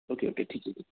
okay okay ठीक आहे